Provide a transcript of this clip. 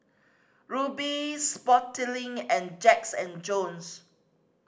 Rubi Sportslink and Jacks and Jones